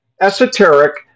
esoteric